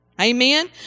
Amen